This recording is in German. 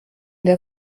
der